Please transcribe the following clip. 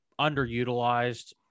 underutilized